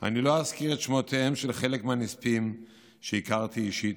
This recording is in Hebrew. אני לא אזכיר את שמותיהם של חלק מהנספים שהכרתי אישית,